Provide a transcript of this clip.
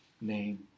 name